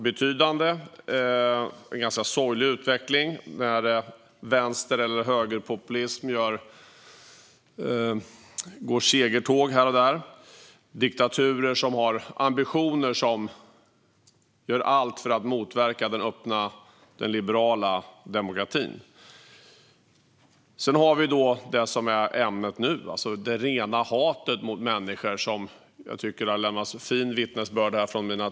Det är en ganska sorglig utveckling med vänsterpopulismens eller högerpopulismens segertåg här och där och med diktaturer som har ambitionen att göra allt för att motverka den öppna liberala demokratin. Vi har också det som är ämnet för den här debatten: det rena hatet mot människor, som mina kollegor i utskottet har lämnat fina vittnesbörd om.